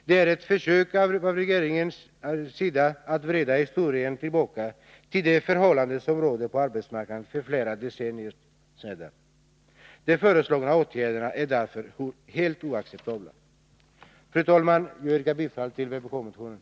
Det är ett försök från regeringens sida att vrida historien tillbaka till de förhållanden som rådde på arbetsmarknaden för flera decennier sedan. De föreslagna åtgärderna är därför helt oacceptabla. Fru talman! Jag yrkar bifall till vpk-motionerna.